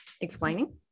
explaining